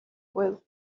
juego